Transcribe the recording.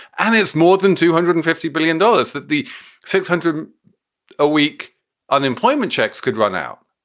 and it's more than two hundred and fifty billion dollars that the six hundred a week unemployment checks could run out.